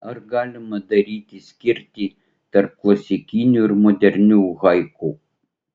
ar galima daryti skirtį tarp klasikinių ir modernių haiku